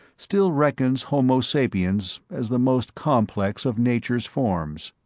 still reckons homo sapiens as the most complex of nature's forms.